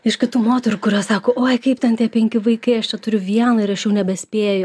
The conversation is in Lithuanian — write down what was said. iš kitų moterų kurios sako oi kaip ten tie penki vaikai aš čia turiu vieną ir aš jau nebespėju